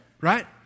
right